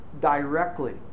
directly